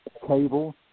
cable